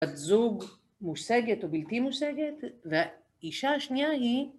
בת זוג, מושגת או בלתי מושגת, והאישה השנייה היא